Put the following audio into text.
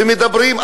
ומדברים,